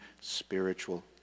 spiritual